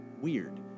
weird